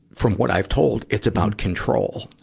from what i've told, it's about control.